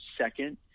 second